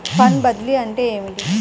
Fund బదిలీ అంటే ఏమిటి?